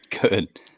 good